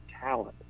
talent